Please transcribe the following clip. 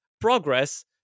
progress